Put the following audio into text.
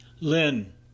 Lynn